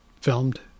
filmed